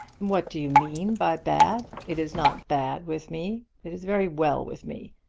what do you mean by bad? it is not bad with me. it is very well with me.